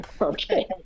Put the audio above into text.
Okay